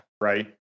Right